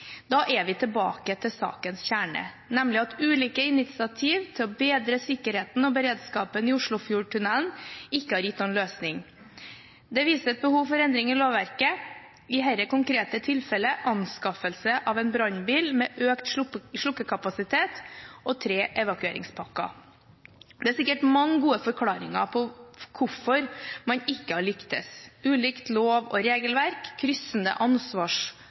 Da er vi tilbake til sakens kjerne, nemlig at ulike initiativ for å bedre sikkerheten og beredskapen i Oslofjordtunnelen ikke har gitt noen løsning. Det viser et behov for endring i lovverket – i dette konkrete tilfelle for anskaffelse av en brannbil med økt slukkekapasitet og tre evakueringspakker. Det er sikkert mange gode forklaringer på hvorfor man ikke har lyktes, ulikt lov- og regelverk, kryssende